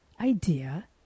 idea